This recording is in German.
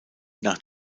nach